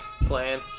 playing